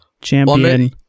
champion